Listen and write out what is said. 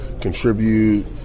contribute